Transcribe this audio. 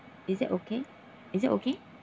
is it okay is it okay